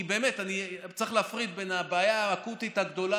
כי באמת צריך להפריד בין הבעיה האקוטית הגדולה